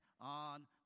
on